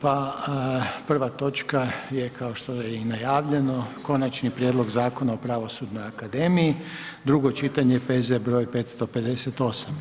Pa prva točka je kao što je i najavljeno: - Konačni prijedlog Zakona o Pravosudnoj akademiji, drugo čitanje, P.Z. br. 558.